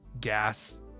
gas